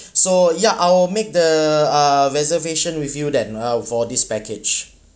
so ya I'll make the uh reservation with you then uh for this package